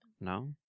No